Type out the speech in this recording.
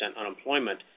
unemployment